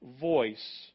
voice